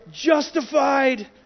justified